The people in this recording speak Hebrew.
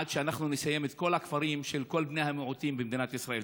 עד שנסיים את כל הכפרים של כל בני המיעוטים במדינת ישראל.